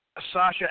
Sasha